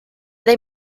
they